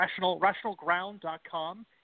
RationalGround.com